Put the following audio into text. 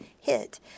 hit